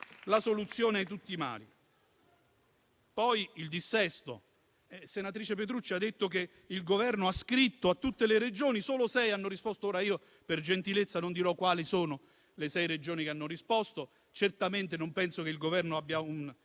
Poi, a proposito del dissesto, la senatrice Petrucci ha detto che il Governo ha scritto a tutte le Regioni e solo sei hanno risposto. Ora, io per gentilezza non dirò quali sono le sei Regioni che hanno risposto. Certamente non penso che il Governo abbia una